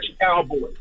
cowboys